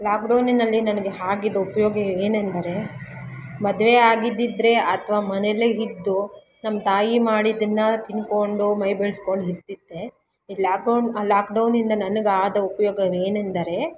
ಲಾಕ್ಡೌನಿನಲ್ಲಿ ನನಗೆ ಆಗಿದ ಉಪಯೋಗ ಏನೆಂದರೆ ಮದುವೆ ಆಗಿದಿದ್ರೆ ಅಥವಾ ಮನೆಯಲ್ಲೇ ಇದ್ದು ನಮ್ಮ ತಾಯಿ ಮಾಡಿದನ್ನು ತಿನ್ಕೋಂಡು ಮೈ ಬೆಳಸ್ಕೊಂಡ್ ಇರ್ತಿದೆ ಈ ಲಾಕೌನ್ ಲಾಕ್ಡೌನಿಂದ ನನಗಾದ ಉಪಯೋಗವೇನೆಂದರೆ